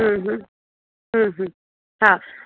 हा